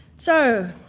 so,